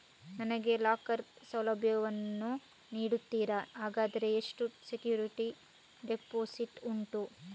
ನನಗೆ ಲಾಕರ್ ಸೌಲಭ್ಯ ವನ್ನು ನೀಡುತ್ತೀರಾ, ಹಾಗಾದರೆ ಎಷ್ಟು ಸೆಕ್ಯೂರಿಟಿ ಡೆಪೋಸಿಟ್ ಉಂಟು?